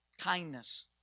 kindness